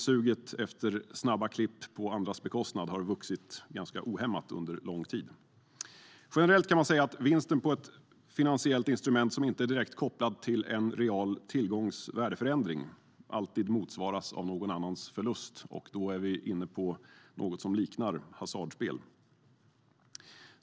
Suget efter snabba klipp på andras bekostnad har vuxit ganska ohämmat under lång tid. Generellt kan man säga att vinsten på ett finansiellt instrument, som inte är direkt kopplad till en real tillgångs värdeförändring, alltid motsvaras av någon annans förlust. Då är vi inne på något som liknar hasardspel.